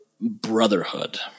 brotherhood